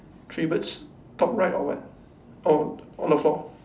three birds top right or what or on the floor